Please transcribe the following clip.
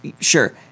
Sure